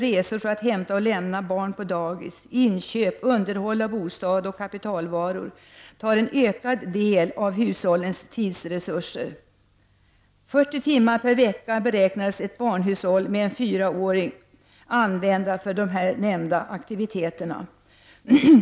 resor för att hämta och lämna barn på daghem — inköp samt underhåll av bostad och kapitalvaror tar en ökad del av hushållens tidsresurser i anspråk. 40 timmar per vecka beräknades ett hushåll med ett barn på 4 år använda för de här nämnda aktiviteterna.